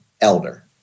elder